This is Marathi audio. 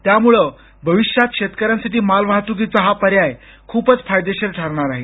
त्यामुळे भविष्यात शेतकऱ्यांसाठी मालवाहत्कीचा हा पर्याय खूपच फायदेशीर ठरणार आहे